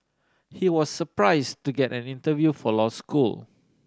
he was surprise to get an interview for law school